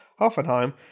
Hoffenheim